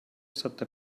stata